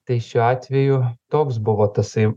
tai šiuo atveju toks buvo tasai